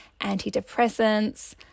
antidepressants